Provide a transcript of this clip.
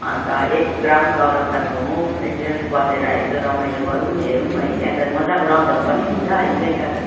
अन्त एक राउन्ड चौरस्ता घुमौँ यसो बसेर यसो रमाइलो गरौँ हेरौँ है त्यहाँ त मजाको रम्झम् पनि हुन्छ है बेलुका त